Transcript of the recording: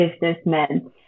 businessmen